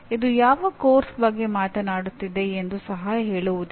ಇದು ಯಾವ ಪಠ್ಯಕ್ರಮದ ಬಗ್ಗೆ ಮಾತನಾಡುತ್ತಿದೆ ಎಂದು ಸಹ ಹೇಳುವುದಿಲ್ಲ